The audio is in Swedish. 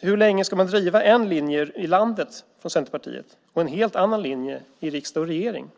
Hur länge ska man driva en linje i landet från Centerpartiet och en helt annan linje i riksdag och regering?